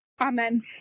Amen